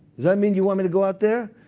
that mean you want me to go out there?